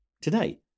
Today